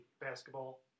basketball